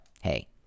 hey